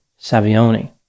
Savioni